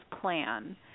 Plan